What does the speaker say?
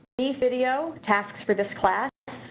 video tasks for this class.